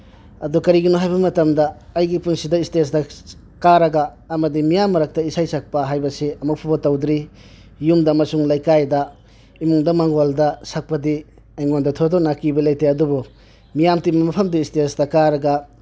ꯑꯗꯨ ꯀꯔꯤꯒꯤꯅꯣ ꯍꯥꯏꯕ ꯃꯇꯝꯗ ꯑꯩꯒꯤ ꯄꯨꯟꯁꯤꯗ ꯏꯁꯇꯦꯁꯇ ꯀꯥꯔꯒ ꯑꯃꯗꯤ ꯃꯤꯌꯥꯝ ꯃꯔꯛꯇ ꯏꯁꯩ ꯁꯛꯄ ꯍꯥꯏꯕꯁꯤ ꯑꯃꯨꯛ ꯐꯥꯎꯕ ꯇꯧꯗ꯭ꯔꯤ ꯌꯨꯝꯗ ꯑꯃꯁꯨꯡ ꯂꯩꯀꯥꯏꯗ ꯏꯃꯨꯡꯗ ꯃꯥꯡꯒꯣꯜꯗ ꯁꯛꯄꯗꯤ ꯑꯩꯉꯣꯟꯗ ꯊꯣꯏꯗꯣꯛꯅ ꯑꯀꯤꯕ ꯂꯩꯇꯦ ꯑꯗꯨꯕꯨ ꯃꯤꯌꯥꯝ ꯇꯤꯟꯕ ꯃꯐꯝꯗ ꯏꯁꯇꯦꯁꯇ ꯀꯥꯔꯒ